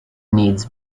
needs